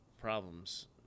problems